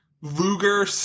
Luger